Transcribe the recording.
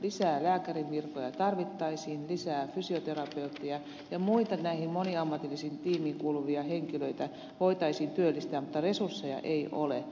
lisää lääkärinvirkoja tarvittaisiin lisää fysioterapeutteja ja muita näihin moniammatillisiin tiimiin kuuluvia henkilöitä voitaisiin työllistää mutta resursseja ei ole